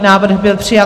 Návrh byl přijat.